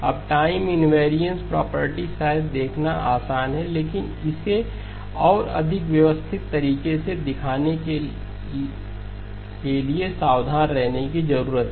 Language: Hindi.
अब टाइम इनवेरियंस प्रॉपर्टी शायद देखना आसान है लेकिन इसे और अधिक व्यवस्थित तरीके से दिखाने के लिए सावधान रहने की जरूरत है